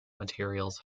materials